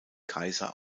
kaiser